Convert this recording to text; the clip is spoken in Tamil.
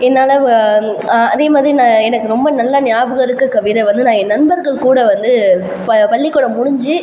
என்னால் வ அதேமாதிரி நான் எனக்கு ரொம்ப நல்லா ஞாபகம் இருக்கற கவிதை வந்து நான் என் நண்பர்கள் கூட வந்து ப பள்ளிக்கூடம் முடிஞ்சு